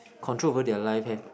control over their life have